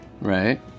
right